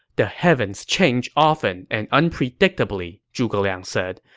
the heavens change often and unpredictably, zhuge liang said.